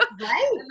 Right